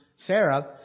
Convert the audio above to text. Sarah